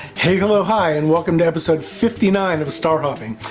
hey hello hi and welcome to episode fifty nine of star hopping!